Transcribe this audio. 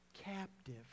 captive